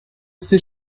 ces